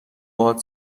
باهات